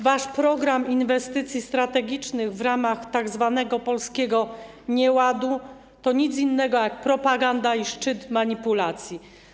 Wasz Program Inwestycji Strategicznych w ramach tzw. polskiego nieładu to nic innego jak propaganda i szczyt manipulacji.